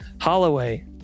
Holloway